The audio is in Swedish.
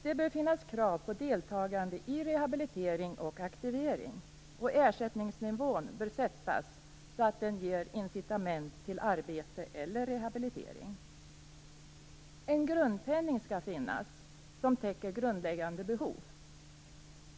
Det bör finnas krav på deltagande i rehabilitering och aktivering, och ersättningsnivån bör sättas så att den ger incitament till arbete eller rehabilitering. En grundpenning skall finnas som täcker grundläggande behov.